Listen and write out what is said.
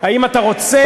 האם אתה רוצה,